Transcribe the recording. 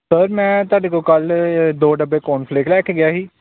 sir ਮੈਂ ਤੁਹਾਡੇ ਤੋਂ ਕੱਲ੍ਹ ਦੋ ਡੱਬੇ ਕੋਨ ਫਲੇਕ ਲੈ ਕੇ ਗਿਆ ਸੀ